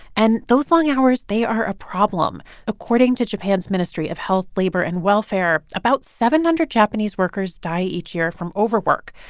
and those long hours, they are a problem. according to japan's ministry of health labor and welfare, about seven hundred japanese workers die each year from overwork.